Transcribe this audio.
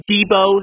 Debo